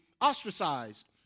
ostracized